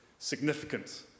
significant